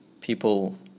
people